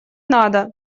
надо